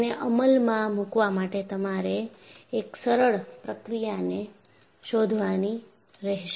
તેને અમલમાં મૂકવા માટે તમારે એક સરળ પ્રક્રિયાને શોધવાની રહેશે